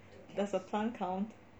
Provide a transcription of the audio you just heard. does a plant count